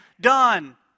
done